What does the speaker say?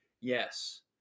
Yes